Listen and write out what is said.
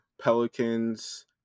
Pelicans